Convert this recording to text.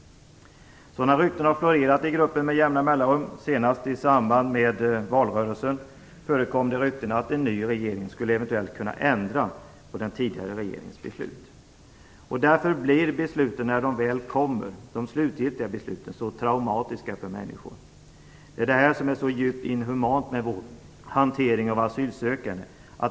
Sådana rykten har florerat i gruppen med jämna mellanrum. Senast i samband med valrörelsen förekom rykten att en ny regering eventuellt skulle kunna ändra på den tidigare regeringens beslut. Därför blir de slutgiltiga besluten när de väl kommer så traumatiska för människor. Det är det här som är så djupt inhumant med vår hantering av asylsökande.